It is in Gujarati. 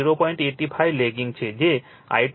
85 લેગિંગ છે જે I2 છે